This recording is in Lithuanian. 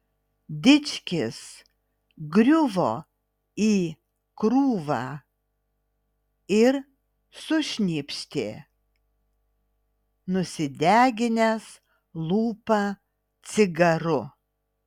dičkis griuvo į krūvą ir sušnypštė nusideginęs lūpą cigaru